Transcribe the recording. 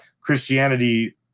Christianity